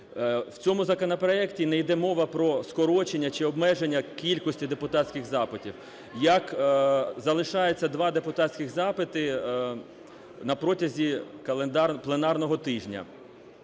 В цьому законопроекті не йде мова про скорочення чи обмеження кількості депутатських запитів, залишається два депутатських запити на протязі календарного...